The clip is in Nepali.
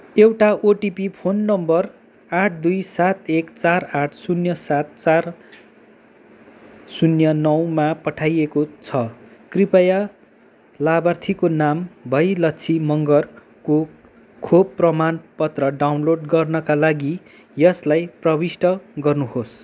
एउटा ओटिपी फोन नम्बर आठ दुई सात एक चार आठ शून्य सात चार शून्य नौमा पठाइएको छ कृपया लाभार्थीको नाम भयलक्षी मगरको खोप प्रमाणपत्र डाउनलोड गर्नाका लागि यसलाई प्रविष्ट गर्नुहोस्